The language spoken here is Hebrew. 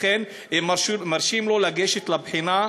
לכן הם מרשים לו לגשת לבחינה,